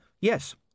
yes